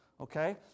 okay